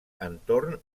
entorn